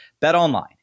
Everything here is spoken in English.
BetOnline